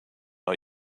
not